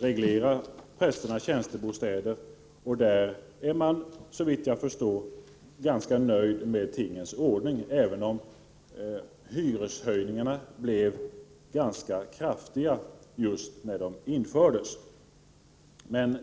reglerar prästernas tjänstebostäder, och i det avseendet är man, såvitt jag förstår, nöjd med tingens ordning, även om hyreshöjningarna blev ganska kraftiga just när de infördes.